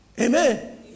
Amen